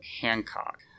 Hancock